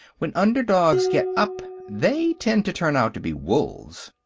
when underdogs get up, they tend to turn out to be wolves.